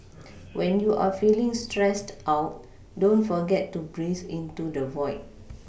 when you are feeling stressed out don't forget to breathe into the void